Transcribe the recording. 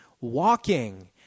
walking